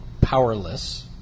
powerless